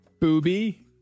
Booby